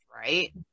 right